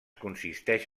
consisteix